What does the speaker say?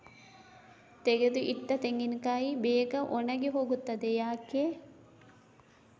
ತೆಗೆದು ಇಟ್ಟ ತೆಂಗಿನಕಾಯಿ ಬೇಗ ಒಣಗಿ ಹೋಗುತ್ತದೆ ಯಾಕೆ?